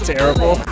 Terrible